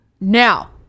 Now